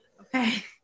Okay